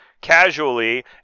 casually